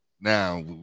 now